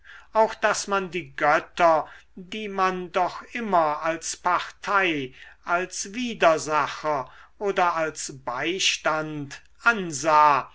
auch daß man die götter die man doch immer als partei als widersacher oder als beistand ansah